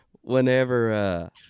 whenever